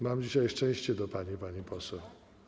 Mam dzisiaj szczęście do pani, pani poseł.